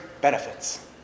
benefits